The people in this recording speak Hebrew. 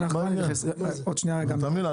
אתה מבין?